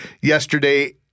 yesterday